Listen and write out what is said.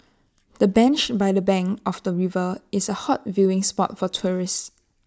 the bench by the bank of the river is A hot viewing spot for tourists